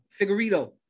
figurito